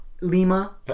Lima